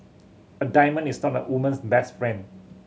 a diamond is not a woman's best friend